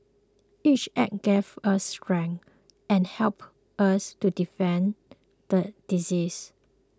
each act gave us strength and helped us to defeat the disease